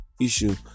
issue